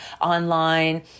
online